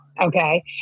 Okay